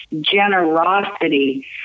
generosity